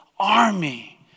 Army